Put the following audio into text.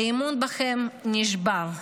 האמון בכם נשבר,